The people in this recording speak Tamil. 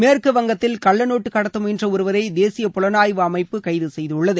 மேற்குவங்கத்தில் கள்ளநோட்டு கடத்த முயன்ற ஒருவரை தேசிய புலனாய்வு அமைப்பு கைது செய்துள்ளது